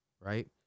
right